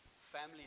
family